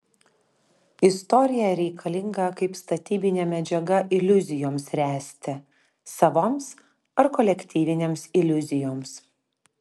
istorija reikalinga kaip statybinė medžiaga iliuzijoms ręsti savoms ar kolektyvinėms iliuzijoms